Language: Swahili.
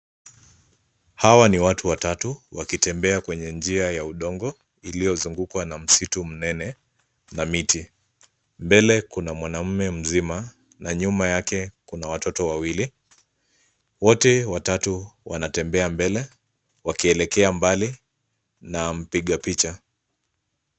Hawa ni watu watatu, wakitembea kwenye njia ya udongo iliozungukwa na msitu mnene, na miti. Mbele kuna mwanaume mzima, na nyuma yake kuna watoto wawili, wote watatu wanatembea mbele, wakielekea mbali, na mpiga picha.